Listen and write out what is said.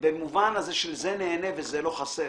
במובן של זה נהנה וזה לא חסר.